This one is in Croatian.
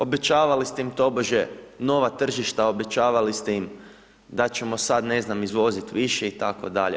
Obećavali ste im tobože nova tržišta, obećavali ste im da ćemo sada, ne znam, izvoziti više itd.